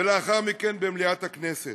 ולאחר מכן במליאת הכנסת.